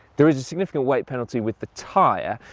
there is a significant weight penalty with the tyre,